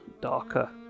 darker